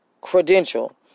credential